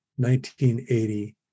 1980